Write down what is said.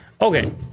Okay